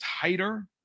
tighter